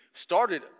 started